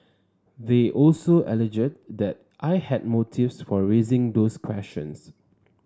they also alleged that I had motives for raising those questions